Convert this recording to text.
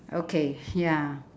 okay ya